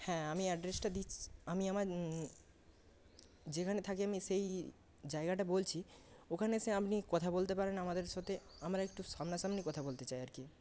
হ্যাঁ আমি এড্রেসটা দিচ্ছি আমি আমার যেখানেই থাকি আমি সেই জায়গাটা বলছি ওখানে এসে আপনি কথা বলতে পারেন আমাদের সাথে আমরা একটু সামনাসামনি কথা বলতে চাই আর কি